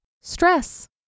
Stress